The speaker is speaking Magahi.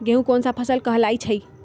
गेहूँ कोन सा फसल कहलाई छई?